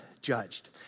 judged